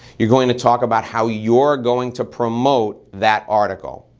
you're going to talk about how you're going to promote that article.